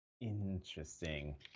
Interesting